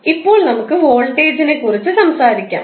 ഇപ്പോൾ നമുക്ക് വോൾട്ടേജിനെക്കുറിച്ച് സംസാരിക്കാം